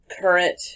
Current